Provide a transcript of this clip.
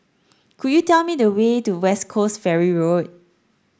could you tell me the way to West Coast Ferry Road